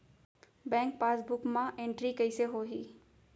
Bank passbook मा entry कइसे होही?